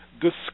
discuss